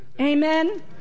Amen